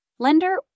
lender